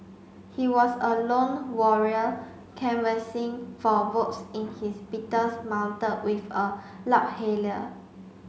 he was a lone warrior canvassing for votes in his Beetle mounted with a loudhailer